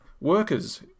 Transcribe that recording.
workers